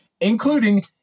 including